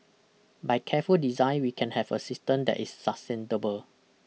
by careful design we can have a system that is sustainable